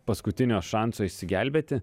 paskutinio šanso išsigelbėti